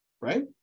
right